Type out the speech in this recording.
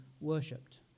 worshipped